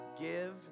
give